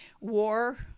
War